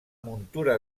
muntura